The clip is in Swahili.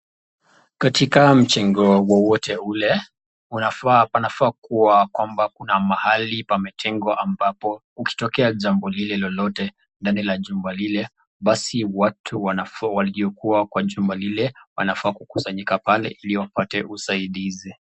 Katika mjengo wowote ule, wanafaa panafaa kuwa kwamba kuna mahali pametengwa ambapo ukitokea jambo lile lolote, ndani ya jambo lile basi watu wanafaa walio kuwa kwa jumba lile wanafaa kukusanyika pale, ili wapate usaidizi.